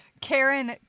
Karen